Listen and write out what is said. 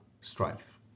Strife